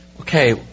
Okay